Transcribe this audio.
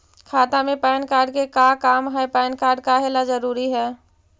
खाता में PAN card के का काम है पैन कार्ड काहे ला जरूरी है?